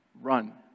run